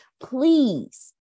please